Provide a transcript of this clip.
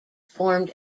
formed